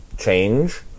change